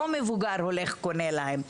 לא מבוגר הולך קונה להם,